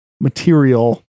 material